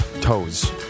toes